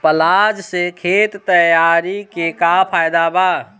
Plough से खेत तैयारी के का फायदा बा?